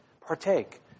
partake